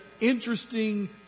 interesting